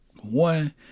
one